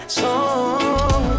song